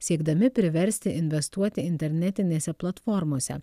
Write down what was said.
siekdami priversti investuoti internetinėse platformose